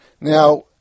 Now